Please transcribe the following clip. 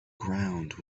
ground